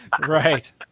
Right